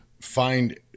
find